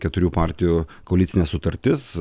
keturių partijų koalicinė sutartis